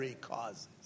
causes